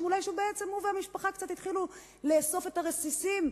אולי הוא והמשפחה קצת יתחילו לאסוף את הרסיסים,